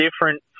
different